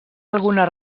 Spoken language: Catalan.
algunes